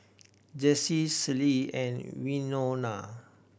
Jessie Celie and Winona